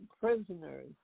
prisoners